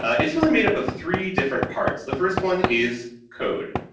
it's really made-up of three different parts. the first one is code.